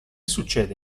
succede